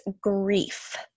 grief